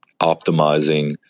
optimizing